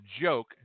joke